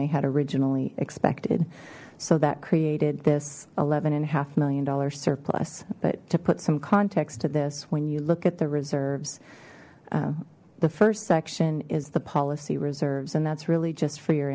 they had originally expected so that created this eleven and a half million dollar surplus but to put some context to this when you look at the reserves the first section is the policy reserves and that's really just for your